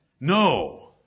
No